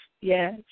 yes